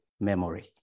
memory